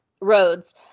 roads